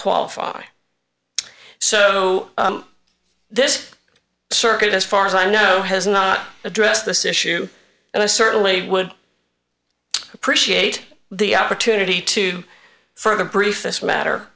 qualify so this circuit as far as i know has not addressed this issue and i certainly would appreciate the opportunity to further brief this matter